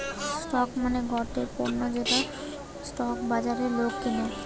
stock মানে গটে পণ্য যেটা স্টক বাজারে লোক কিনে